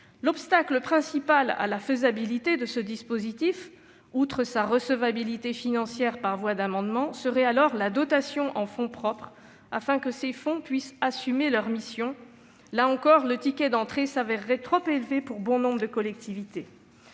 L'obstacle principal à la faisabilité de ce dispositif, outre sa recevabilité financière par voie d'amendement, serait alors la dotation en fonds propres, nécessaire pour que ces fonds d'investissement puissent assumer leurs missions. Mais encore une fois, le ticket d'entrée s'avérerait trop élevé pour bon nombre de collectivités.